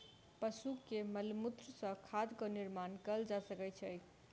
पशु के मलमूत्र सॅ खादक निर्माण कयल जा सकै छै